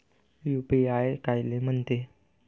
UPI कायले म्हनते?